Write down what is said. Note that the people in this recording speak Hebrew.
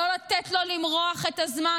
לא לתת לו למרוח את הזמן,